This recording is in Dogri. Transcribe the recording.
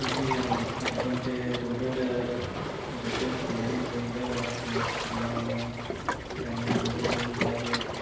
तुसें ई अ'ऊं अर्बन ते रूरल जेह्के स्कूल होंदे उं'दे बारे च सनांऽ तां पैह्लें नंबर केह् होंदा केि